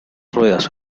ruedas